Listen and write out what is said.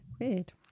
Weird